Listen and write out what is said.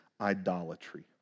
idolatry